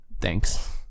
Thanks